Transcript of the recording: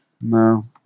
No